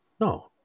no